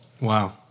Wow